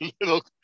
little